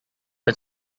had